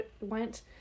went